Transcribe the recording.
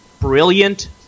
brilliant